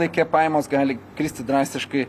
laike pajamos gali kristi drastiškai